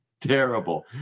terrible